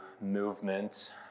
movement